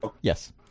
Yes